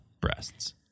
breasts